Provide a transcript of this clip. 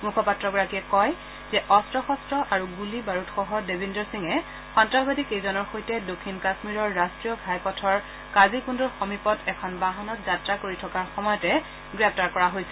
মুখপাত্ৰগৰাকীয়ে কয় যে অস্ত্ৰ শস্ত্ৰ আৰু গুলী বাৰুদসহ দেবিন্দৰ সিঙে সন্তাসবাদীকেইজনৰ সৈতে দক্ষিণ কাশ্মীৰৰ ৰাষ্ট্ৰীয় ঘাইপথৰ কাজিকুণ্ডৰ সমীপত এখন বাহনত যাত্ৰা কৰি থকাৰ সময়তে গ্ৰেপ্তাৰ কৰা হৈছিল